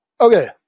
Okay